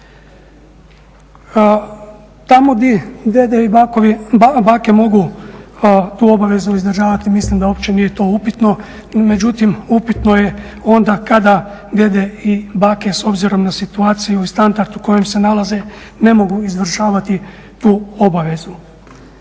Tamo gdje djede i bake mogu tu obavezu izdržavati mislim da uopće nije to upitno, međutim upitno je onda kada djede i bake s obzirom na situaciju i standard u kojem se nalaze ne mogu izvršavati tu obavezu.